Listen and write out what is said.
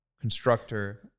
constructor